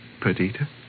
Perdita